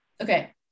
Okay